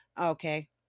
Okay